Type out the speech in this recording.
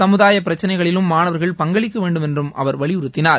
சமுதாய பிரச்சினைகளிலும் மாணவர்கள் பங்களிக்க வேண்டுமென்று அவர் வலியுறத்தினார்